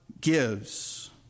gives